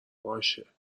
باشه